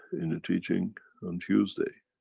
in the teaching on tuesday,